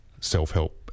self-help